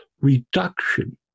reduction